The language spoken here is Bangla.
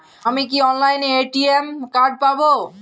আমি কি অনলাইনে এ.টি.এম কার্ড পাব?